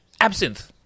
absinthe